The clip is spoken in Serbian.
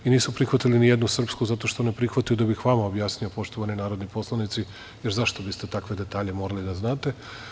Nisu prihvatili nijednu srpsku zato što ne prihvataju, a da bih vama objasnio poštovani narodni poslanici, jer zašto biste takve detalje morali da znate.